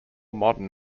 modern